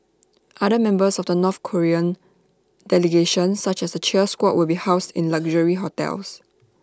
other members of the north Korean delegation such as the cheer squad will be housed in luxury hotels